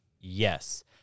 yes